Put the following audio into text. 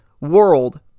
world